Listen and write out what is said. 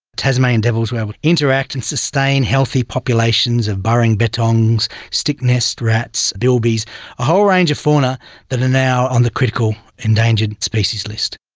tasmanian devils would would interact and sustain healthy populations of burrowing bettongs, stick nest rats, bilbies, a whole range of fauna that are now on the critical endangered species list.